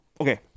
Okay